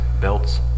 belts